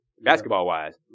basketball-wise